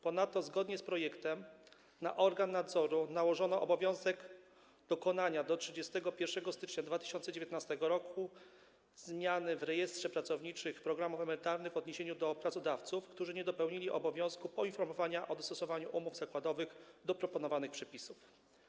Ponadto zgodnie z projektem na organ nadzoru nałożono obowiązek dokonania do 31 stycznia 2019 r. zmian w rejestrze pracowniczych programów emerytalnych w odniesieniu do pracodawców, którzy nie dopełnili obowiązku poinformowania o dostosowaniu umów zakładowych do proponowanych przepisów.